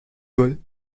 role